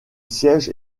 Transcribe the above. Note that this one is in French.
siège